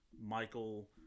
Michael